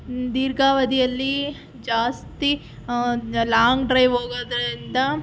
ದೀರ್ಘಾವಧಿಯಲ್ಲಿ ಜಾಸ್ತಿ long drive ಹೋಗೋದರಿಂದ